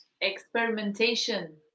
Experimentation